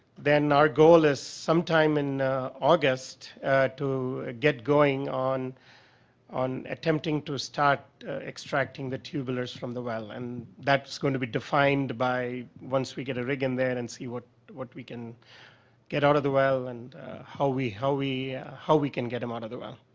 then our goal is sometime in august to get going on on attempting to start extracting the tubular from the well and that is going to be defined by once we get rig in there and see what what we can get out of the well and how we how we can get them out of the well.